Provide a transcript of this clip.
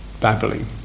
babbling